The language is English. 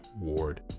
ward